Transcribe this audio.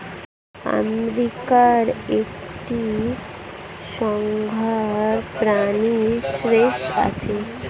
আমেরিকার একটি সংস্থা বাণিজ্যের শীর্ষে আছে